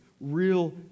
real